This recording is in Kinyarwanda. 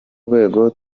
rwego